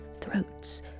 throats